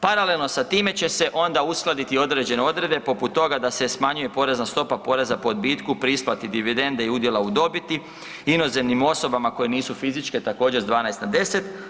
Paralelno sa time će se onda uskladiti i određene odredbe poput toga da se smanjuje porezna stopa poreza po odbitku pri isplati dividende i udjela u dobiti inozemnim osobama koje nisu fizičke također s 12 na 10.